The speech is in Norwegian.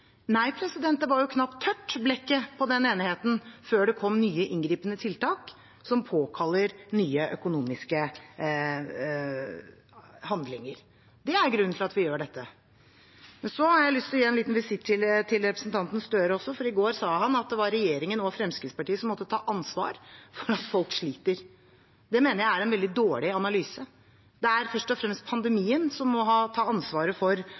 Nei, blekket var jo knapt tørt på den enigheten før det kom nye, inngripende tiltak som påkaller nye økonomiske handlinger. Det er grunnen til at vi gjør dette. Jeg har lyst til å gjøre en liten visitt til representanten Gahr Støre også, for i går sa han at det var regjeringen og Fremskrittspartiet som måtte ta ansvar for at folk sliter. Det mener jeg er en veldig dårlig analyse. Det er først og fremst pandemien som må ta ansvaret for